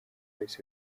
bahise